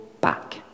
back